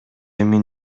эми